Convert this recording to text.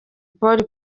polly